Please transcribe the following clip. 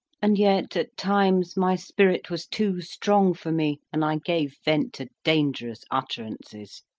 and yet at times my spirit was too strong for me, and i gave vent to dangerous utterances.